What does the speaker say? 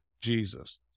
Jesus